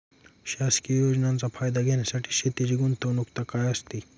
शासकीय योजनेचा फायदा घेण्यासाठी शेतीची गुणवत्ता काय असते?